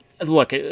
look